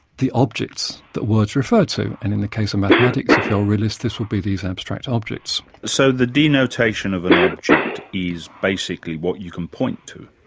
objects that words refer to. and in the case of mathematics, if you're a realist this will be these abstract objects. so the denotation of an object is basically what you can point to?